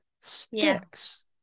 Sticks